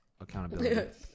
accountability